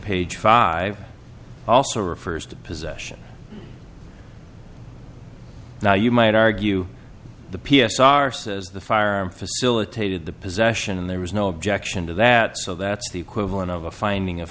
page five also refers to possession now you might argue the p s r says the firearm facilitated the possession and there was no objection to that so that's the equivalent of a finding of